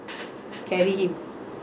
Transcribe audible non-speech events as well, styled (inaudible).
(breath) those were the good old days lah